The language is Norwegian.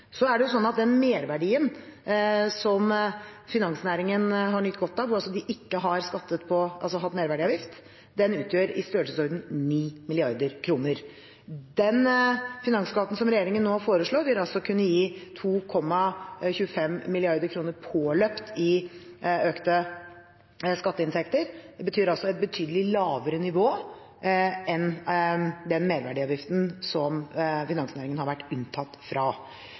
Så er det jo sånn at den merverdien finansnæringen har nytt godt av, hvor de altså ikke har hatt merverdiavgift, utgjør i størrelsesordenen 9 mrd. kr. Den finansskatten regjeringen nå foreslår, vil kunne gi 2,25 mrd. kr påløpt i økte skatteinntekter. Det betyr et betydelig lavere nivå enn den merverdiavgiften som finansnæringen har vært unntatt fra.